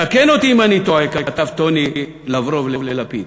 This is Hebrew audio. תקן אותי אם אני טועה, כתב טוני לברוב ללפיד,